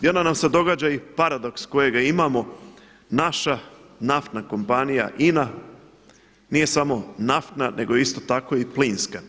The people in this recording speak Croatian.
I onda nam se događa i paradoks kojega imamo, naša naftna kompanija INA, nije samo naftna nego isto tako i plinska.